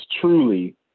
truly